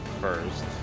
first